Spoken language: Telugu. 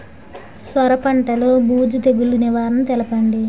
సొర పంటలో బూజు తెగులు నివారణ తెలపండి?